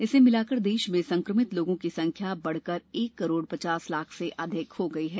इसे मिलाकर देश में संक्रमित लोगों की संख्या बढकर एक करोड पचास लाख से अधिक हो गई है